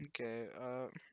Okay